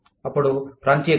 అప్పుడు ప్రాంతీయకరణ